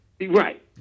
Right